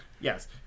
Yes